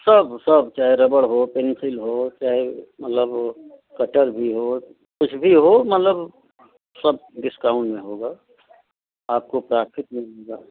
सब सब चाहे रबड़ हो पेंसिल हो चाहे मतलब कटर भी हो कुछ भी हो मतलब सब डिस्काउंट में होगा आपको पैकेट में मिल जाएगा